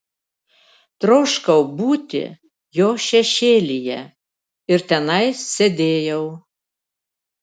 troškau būti jo šešėlyje ir tenai sėdėjau